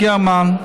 גרמן,